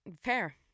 Fair